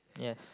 yes